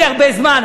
לסיים.